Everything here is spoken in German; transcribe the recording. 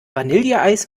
vanilleeis